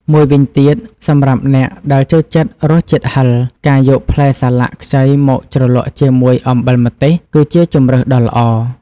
មួយវិញទៀត សម្រាប់អ្នកដែលចូលចិត្តរសជាតិហឹរ ការយកផ្លែសាឡាក់ខ្ចីមកជ្រលក់ជាមួយ អំបិលម្ទេស គឺជាជម្រើសដ៏ល្អ។